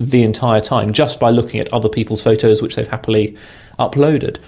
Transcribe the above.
the entire time, just by looking at other people's photos which they've happily uploaded.